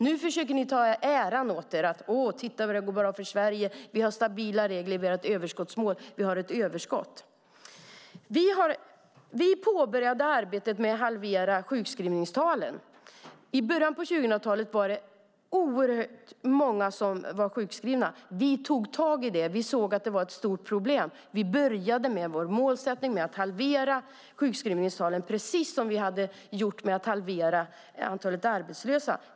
Nu försöker ni ta åt er äran av det: Titta vad bra det går för Sverige! Vi har stabila regler, vi har ett överskottsmål och vi har ett överskott. Vi påbörjade arbetet med att halvera sjukskrivningstalen. I början av 2000-talet var det oerhört många som var sjukskrivna. Vi tog tag i det, för vi såg att det var ett stort problem. Vi började vår målsättning med att halvera sjukskrivningstalen, precis som vi hade gjort med att halvera antalet arbetslösa.